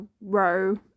row